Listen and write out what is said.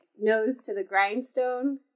nose-to-the-grindstone